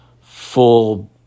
full